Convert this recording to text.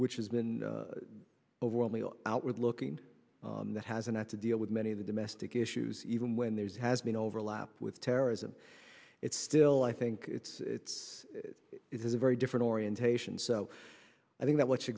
which has been overwhelmingly outward looking that hasn't had to deal with many of the domestic issues even when there's has been overlap with terrorism it's still i think it's it has a very different orientation so i think that what you